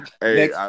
Hey